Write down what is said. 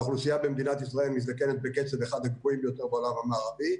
האוכלוסייה במדינת ישראל מזדקנת בקצב אחד הגבוהים ביותר בעולם המערבי,